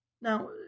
Now